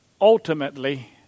ultimately